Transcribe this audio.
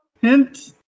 Hint